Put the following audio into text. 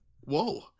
Whoa